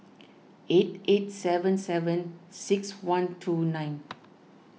eight eight seven seven six one two nine